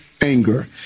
anger